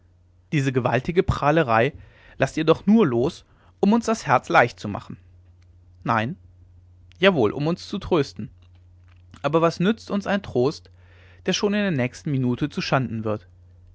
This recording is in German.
diese gewaltige prahlerei laßt ihr doch nur los um uns das herz leicht zu machen nein jawohl um uns zu trösten aber was nützt uns ein trost der schon in der nächsten minute zu schanden wird